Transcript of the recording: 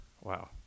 wow